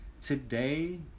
today